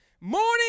morning